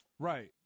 Right